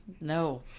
No